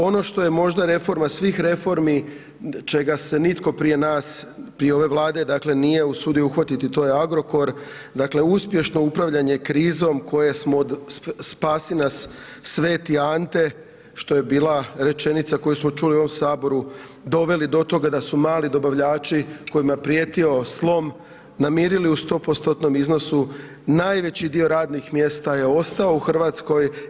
Ono što je možda reforma svih reformi, čega se nitko prije nas, prije ove Vlade dakle nije usudio uhvatiti to je Agrokor, dakle uspješno upravljanje krizom koje smo, spasio nas Sv. Ante, što je bila rečenica koju smo čuli u ovom Saboru doveli do toga da su mali dobavljači kojima je prijetio slom namirili u 100%-tnom iznosu najveći dio radnih mjesta je ostao u Hrvatskoj.